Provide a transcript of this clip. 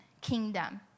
kingdom